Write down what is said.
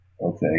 okay